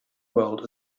world